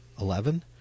eleven